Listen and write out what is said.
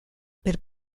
per